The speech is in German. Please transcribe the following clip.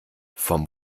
vom